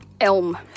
Elm